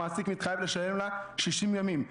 המעסיק מתחייב לשלם לה 60 ימים.